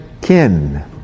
kin